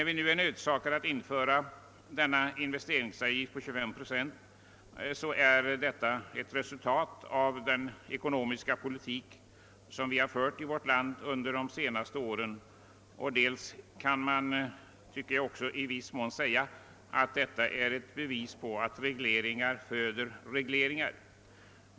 Då vi nu blivit nödsakade att införa denna investeringsavgift på 25 procent är detta ett resultat av den ekonomiska politik som förts här i landet under de senaste åren. Man kan också säga att det är ett bevis på att regleringar föder regleringar.